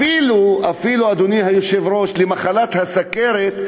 אפילו, אדוני היושב-ראש, למחלת הסוכרת,